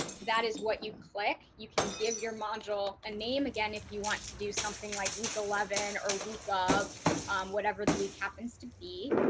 that is what you click you can give your module, a name. again, if you want to do something like week eleven or week of whatever the week happens to be